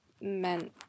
meant